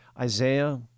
Isaiah